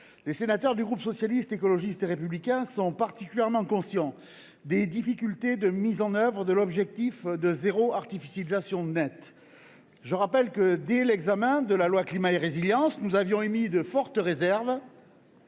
Les sénateurs du groupe Socialiste, Écologiste et Républicain sont particulièrement conscients des difficultés de mise en œuvre de l’objectif de zéro artificialisation nette. Je rappelle que dès l’examen du projet de loi Climat et Résilience, nous avions émis de fortes réserves